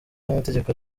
n’amategeko